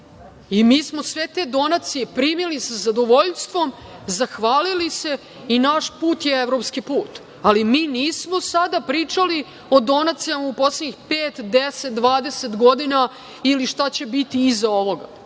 i mi smo sve te donacije primili sa zadovoljstvom, zahvalili se i naš put je evropski put, ali mi nismo sada pričali o donacijama u poslednjih pet, deset, dvadeset godina ili šta će biti iza ovoga.